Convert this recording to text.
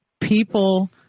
people